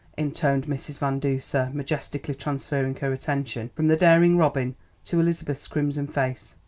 intoned mrs. van duser, majestically transferring her attention from the daring robin to elizabeth's crimson face.